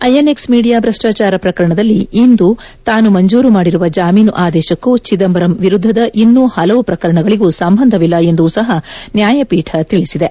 INX media ಭ್ರಷ್ಲಾಚಾರ ಪ್ರಕರಣದಲ್ಲಿ ಇಂದು ತಾನು ಮಂಜೂರು ಮಾಡಿರುವ ಜಾಮೀನು ಆದೇಶಕ್ಕೂ ಚಿದಂಬರಂ ವಿರುದ್ದದ ಇನ್ನೂ ಹಲವು ಪ್ರಕರಣಗಳಿಗು ಸಂಬಂಧವಿಲ್ಲ ಎಂದೂ ಸಹ ನ್ಯಾಯಪೀಠ ತಿಳಿಸಿದೆ